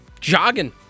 jogging